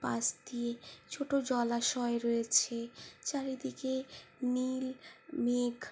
পাশ দিয়ে ছোটো জলাশয় রয়েছে চারিদিকে নীল মেঘ